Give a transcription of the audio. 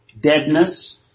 deadness